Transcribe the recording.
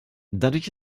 dadurch